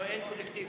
אין קולקטיבי.